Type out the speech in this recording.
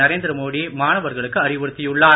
நரேந்திரமோடி மாணவர்களுக்கு அறிவுறுத்தியுள்ளார்